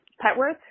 Petworth